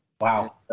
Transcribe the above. Wow